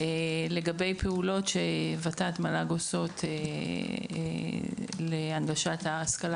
לגבי פעולות שות"ת-מל"ג עושות להנגשת ההשכלה